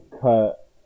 cut